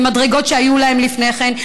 ומדרגות שהיו להם לפני כן,